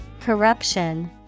Corruption